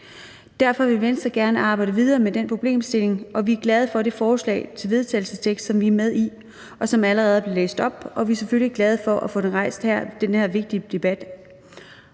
Derfor vil Venstre gerne arbejde videre med den problemstilling, og vi er glade for det forslag til vedtagelse, som vi er med i, og som allerede er blevet læst op. Og vi er selvfølgelig glade for at have fået rejst den her vigtige debat.